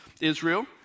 Israel